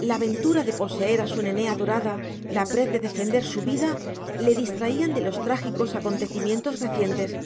la ventura de poseer a su nené adorada la prez de defender su vida le distraían de los trágicos acontecimientos recientes